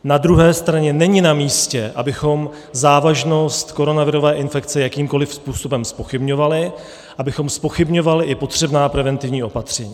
Na druhé straně není namístě, abychom závažnost koronavirové infekce jakýmkoliv způsobem zpochybňovali, abychom zpochybňovali i potřebná preventivní opatření.